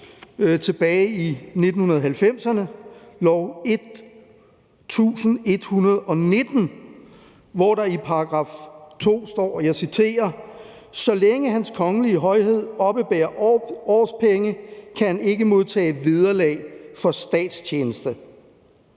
tilbage i 1990'erne, lov nr. 1119, hvor der i § 2 står: »Så længe Hans Kongelige Højhed oppebærer årpenge, kan han ikke modtage vederlag for statstjeneste.«